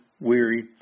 weary